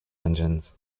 engines